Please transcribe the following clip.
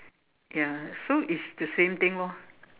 ya so it's the same thing lor